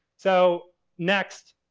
so next.